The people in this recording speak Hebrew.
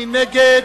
מי נגד?